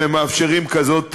אם הם מאפשרים כזאת